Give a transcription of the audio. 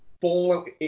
Fallout